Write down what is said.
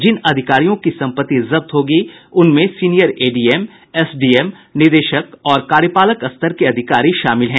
जिन अधिकारियों की सम्पत्ति जब्त होगी उनमें सीनियर एडीएम एसडीएम निदेशक और कार्यपालक स्तर के अधिकारी शामिल हैं